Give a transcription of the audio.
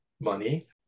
money